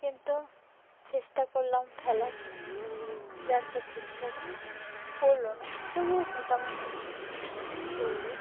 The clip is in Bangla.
কিন্তু চেষ্টা করলাম ফেলার জালটা ঠিক ঠাক পড়লো না তবুও মোটামুটি পড়লো